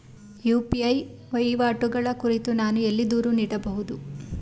UPI ವಹಿವಾಟುಗಳ ಕುರಿತು ನಾನು ಎಲ್ಲಿ ದೂರು ನೀಡಬಹುದು?